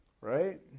Right